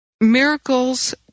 Miracles